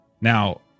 Now